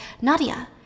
nadia